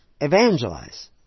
Evangelize